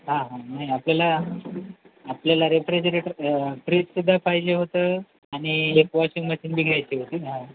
हा हा नाही आपल्याला आपल्याला रेफ्रिजरेटर फ्रीजसुद्धा पाहिजे होतं आणि एक वॉशिंग मशीन बी घ्यायची होती हा